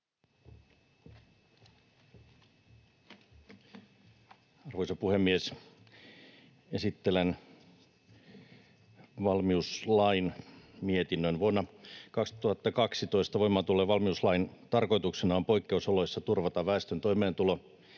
Arvoisa puhemies! Esittelen valmiuslain mietinnön. Vuonna 2012 voimaan tulleen valmiuslain tarkoituksena on poikkeusoloissa turvata väestön toimeentulo